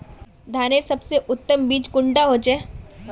धानेर सबसे उत्तम बीज कुंडा होचए?